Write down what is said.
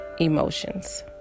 emotions